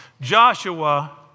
Joshua